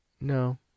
No